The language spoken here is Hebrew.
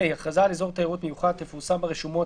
(ה)הכרזה על אזור תיירות מיוחד תפורסם ברשומות